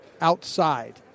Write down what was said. outside